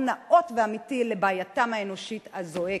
נאות ואמיתי לבעייתם האנושית הזועקת.